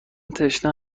تشنه